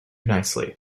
nicely